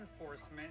enforcement